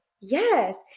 yes